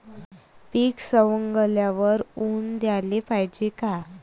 पीक सवंगल्यावर ऊन द्याले पायजे का?